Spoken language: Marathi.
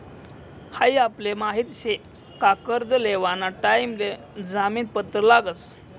हाई आपले माहित शे का कर्ज लेवाना टाइम ले जामीन पत्र लागस